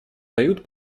дают